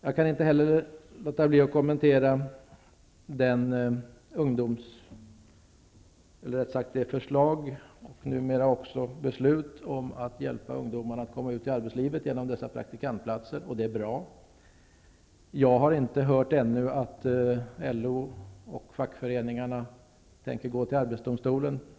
Jag kan inte heller låta bli att kommentera förslaget, och numera också beslutet, om att hjälpa ungdomarna att komma ut i arbetslivet genom dessa praktikantplatser. Det är bra. Jag har ännu inte hört att LO och fackföreningarna tänker gå till arbetsdomstolen.